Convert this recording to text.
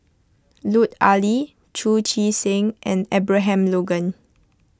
Lut Ali Chu Chee Seng and Abraham Logan